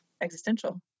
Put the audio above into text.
existential